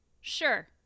Sure